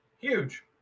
Huge